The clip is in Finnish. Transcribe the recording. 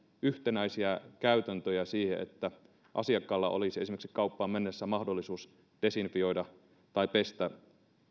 yhtenäisiä käytäntöjä siihen että asiakkaalla olisi esimerkiksi kauppaan mennessään mahdollisuus desinfioida tai pestä